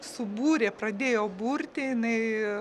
subūrė pradėjo burti jinai